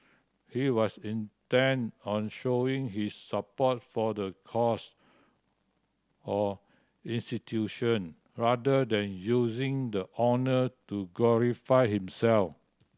he was intent on showing his support for the cause or institution rather than using the honour to glorify himself